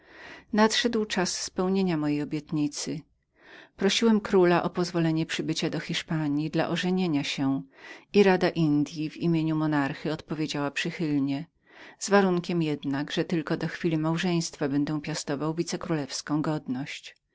nadszedł czas spełnienia mojej obietnicy prosiłem króla o pozwolenie przybycia do hiszpanji dla ożenienia się i rada madrycka odpowiedziała przychylnie z warunkiem jednak że tylko do chwili małżeństwa będę piastował wicekrólewską godność